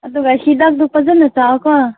ꯑꯗꯨꯒ ꯍꯤꯗꯥꯛꯇꯨ ꯐꯖꯅ ꯆꯥꯎꯋꯣꯀꯣ